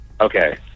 Okay